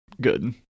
good